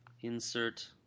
Insert